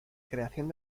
creación